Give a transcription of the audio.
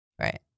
Right